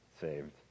saved